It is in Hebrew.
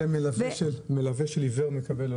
מלווה של עיוור מקבל?